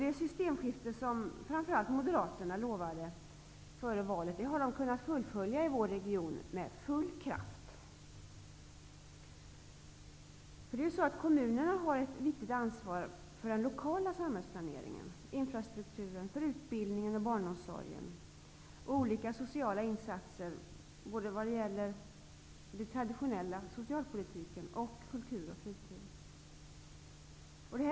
Det systemskifte som framför allt Moderaterna utlovade före valet har de med full kraft kunnat genomföra i vår region. Kommunerna har ett ansvar för den lokala samhällsplaneringen, för infrastruktur, för utbildning och barnomsorg samt för olika social insatser när det gäller såväl den traditionella socialpolitiken som kultur och fritid.